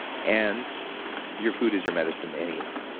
and your food is your medicine anyway.